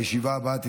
ההצבעה: